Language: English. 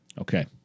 okay